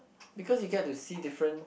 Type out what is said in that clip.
because you get to see different